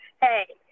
hey